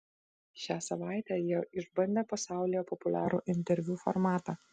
šią savaitę jie išbandė pasaulyje populiarų interviu formatą